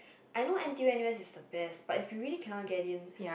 I know n_t_u n_u_s is the best but if you really cannot get in